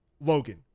Logan